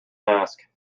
task